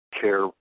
care